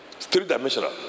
three-dimensional